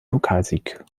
pokalsieg